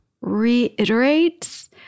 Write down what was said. reiterates